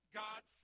god